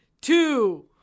two